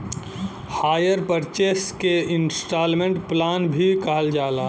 hire purchase के instalment plan भी कहल जाला